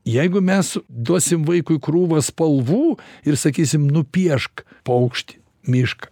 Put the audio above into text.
jeigu mes duosim vaikui krūvą spalvų ir sakysim nupiešk paukštį mišką